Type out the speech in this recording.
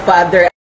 Father